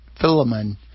Philemon